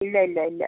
ഇല്ല ഇല്ല ഇല്ല